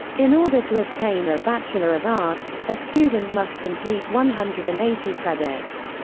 in order to obtain a bachelor of arts, a student must complete one hundred and eighty credits.